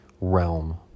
realm